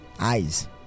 eyes